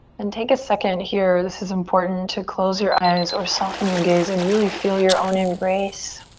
and take a second here, this is important, to close your eyes or soften your gaze and really feel your own embrace.